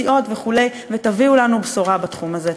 בסיעות, וכו', ותביאו לנו בשורה בתחום הזה.